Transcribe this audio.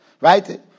Right